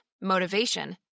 motivation